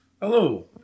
Hello